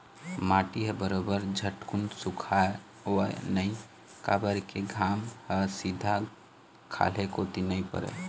माटी ह बरोबर झटकुन सुखावय नइ काबर के घाम ह सीधा खाल्हे कोती नइ परय